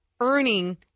earning